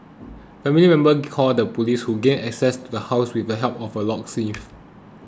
family members called the police who gained access to the house with the help of a locksmith